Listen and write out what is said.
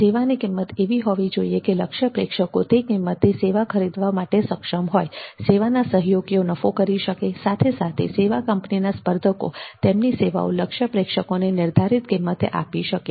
સેવાની કિંમત એવી હોવી જોઈએ કે લક્ષ્ય પ્રેક્ષકો તે કિંમતે સેવા ખરીદવા માટે સક્ષમ હોય સેવાના સહયોગીઓ નફો કરી શકે સાથે સાથે સેવા કંપનીના સ્પર્ધકો તેમની સેવાઓ લક્ષ્ય પ્રેક્ષકોને નિર્ધારિત કિંમતે આપી શકે